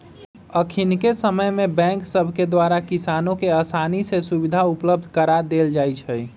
अखनिके समय में बैंक सभके द्वारा किसानों के असानी से सुभीधा उपलब्ध करा देल जाइ छइ